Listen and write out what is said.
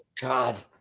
God